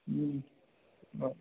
हूँ बऽ